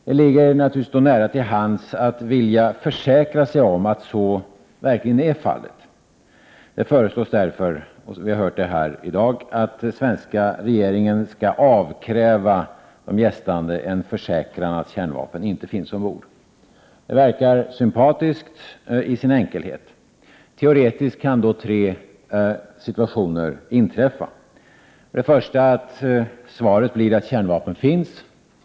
Det ligger naturligtvis nära till hands att vilja försäkra sig om att så verkligen är fallet. Det föreslås därför — som vi hört här i dag — att svenska regeringen skall avkräva de gästande en försäkran att kärnvapen inte finns ombord. Det verkar sympatiskt i sin enkelhet. Teoretiskt kan då tre situationer inträffa. Den första är att svaret blir att kärnvapen finns.